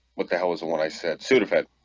what the hell was the one i said sudafed